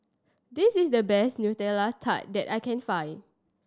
this is the best Nutella Tart that I can find